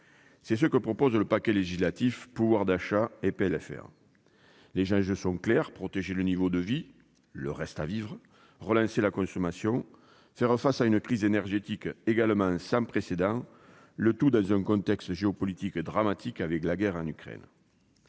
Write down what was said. C'est ce qui est proposé dans le paquet législatif « pouvoir d'achat et PLFR ». Les enjeux sont clairs : protéger le niveau de vie, soit le reste à vivre ; relancer la consommation ; faire face à une crise énergétique, également sans précédent, le tout dans un contexte géopolitique dramatique, avec la guerre en Ukraine.